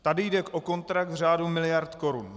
Tady jde o kontrakt v řádu miliard korun.